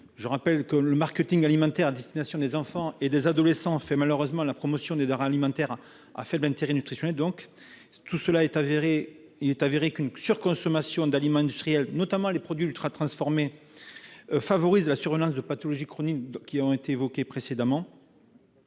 nutritionnel. Le marketing alimentaire à destination des enfants et des adolescents fait malheureusement la promotion de denrées alimentaires à faible intérêt nutritionnel. Il est avéré qu'une surconsommation d'aliments industriels, notamment de produits ultratransformés, favorise la survenance de pathologies chroniques- nous en avons parlé.